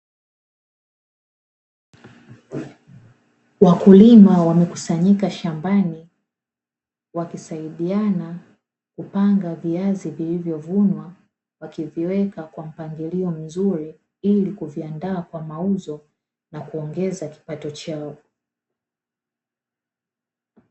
Wakulima wamekusanyika shambani, wakisaidiana kupanga viazi walivyovuna na kuviweka kwa mpangilio mzuri, ili kuviandaa kwa mauzo na kuongeza kipato chao.